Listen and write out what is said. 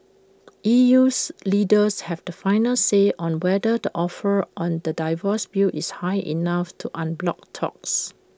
EU's leaders have the final say on whether the offer on the divorce bill is high enough to unblock talks